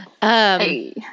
Hey